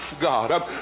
God